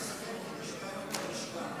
חבר הכנסת אלקין, יש בעיות בלשכה.